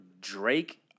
Drake